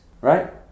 right